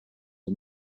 are